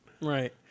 Right